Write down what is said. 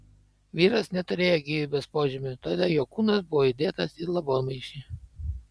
vyras neturėjo gyvybės požymių todėl jo kūnas buvo įdėtas į lavonmaišį